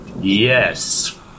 Yes